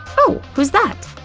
ooh, who's that?